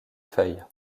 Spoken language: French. feuilles